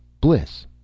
Bliss